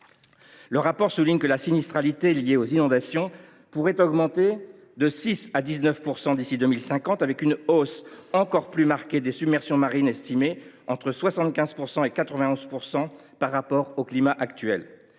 Le rapport souligne que la sinistralité liée aux inondations pourrait augmenter de 6 % à 19 % d’ici à 2050, avec une hausse encore plus marquée des submersions marines estimées entre 75 % et 91 % par rapport au climat actuel.